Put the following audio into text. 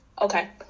okay